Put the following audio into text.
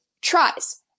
tries